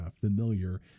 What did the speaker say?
familiar